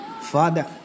Father